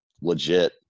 legit